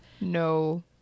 No